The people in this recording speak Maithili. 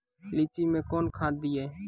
लीची मैं कौन खाद दिए?